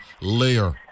layer